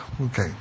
Okay